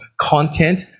content